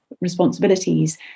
responsibilities